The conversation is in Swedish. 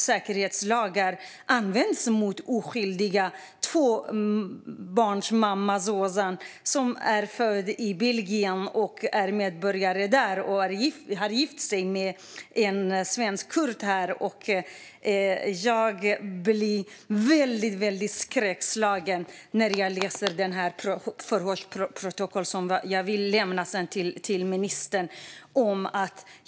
Säkerhetslagar används mot den oskyldiga tvåbarnsmamman Zozan, som är född i Belgien och är medborgare där och har gift sig med en svensk kurd här. Jag blir väldigt skräckslagen när jag läser förhörsprotokollet, som jag sedan vill lämna till ministern.